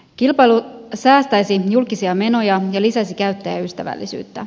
kilpailu säästäisi julkisia menoja ja lisäisi käyttäjäystävällisyyttä